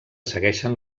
segueixen